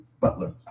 Butler